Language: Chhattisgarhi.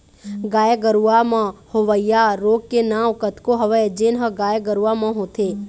गाय गरूवा म होवइया रोग के नांव कतको हवय जेन ह गाय गरुवा म होथे